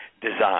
design